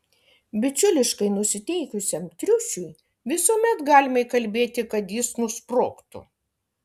bičiuliškai nusiteikusiam triušiui visuomet galima įkalbėti kad jis nusprogtų